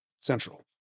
central